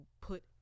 put